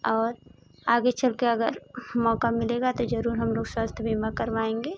और आगे चल कर अगर मौका मिलेगा तो जरूर हम लोग स्वास्थय बीमा करवाएंगे